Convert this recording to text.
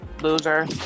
Loser